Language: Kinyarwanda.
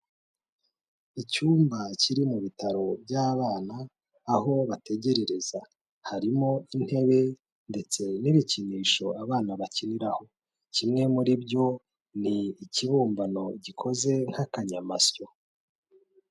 Icyumba kiri mu bitaro by'abana, aho bategerereza harimo intebe ndetse n'ibikinisho abana bakiniraho. Kimwe muri byo ni ikibumbano gikoze nk'akanyamasyo.